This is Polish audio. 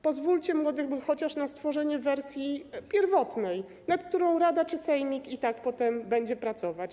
Pozwólcie młodym chociaż na stworzenie wersji pierwotnej, nad którą rada czy sejmik i tak potem będzie pracować.